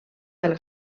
del